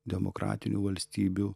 demokratinių valstybių